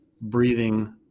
breathing